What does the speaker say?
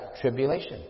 tribulation